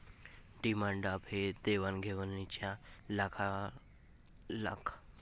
demand draft हे देवाण घेवाणीच्या बिलासारखेच एक निगोशिएबल साधन आहे